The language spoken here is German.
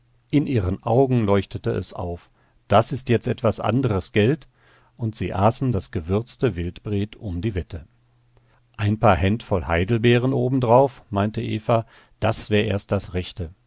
in ihren augen leuchtete es auf das ist jetzt etwas anderes gelt und sie aßen das gewürzte wildbret um die wette ein paar händvoll heidelbeeren obendrauf meinte eva das wär erst das rechte